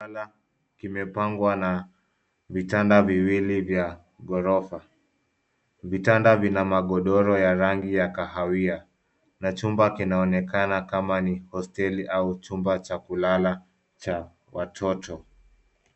Chumba cha kulala kimepangwa na vitanda viwili vya ghorofa. Vitanda vina magodoro ya rangi ya kahawia. Na chumba kinaonekana kama ni hosteli au chumba cha kulala cha watoto.